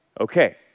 Okay